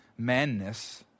manness